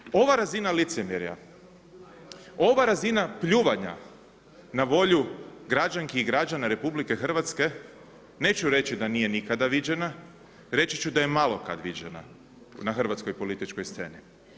Dame i gospodo ova razina licemjerja, ova razina pljuvanja na volju građanki i građana Republike Hrvatske neću reći da nije nikada viđena, reći ću da je malo kad viđena na hrvatskoj političkoj sceni.